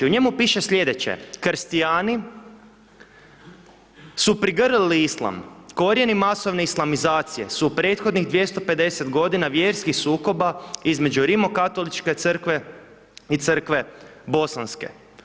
U njemu piše slijedeće krstiani su prigrlili islam, korijeni masovne islamizacije su prethodnih 250 godina vjerskih sukoba između rimokatoličke crkve i crkve Bosanske.